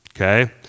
okay